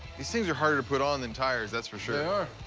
these things are harder to put on than tires. that's for sure.